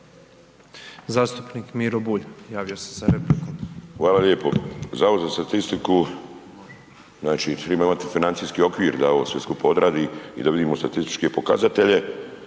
Zastupnik Miro Bulj javio se za repliku. **Bulj, Miro (MOST)** Hvala lijepo. Zavod za statistiku znači triba imati financijski okvir da ovo sve skupa odradi i da vidimo statističke pokazatelje,